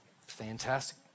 fantastic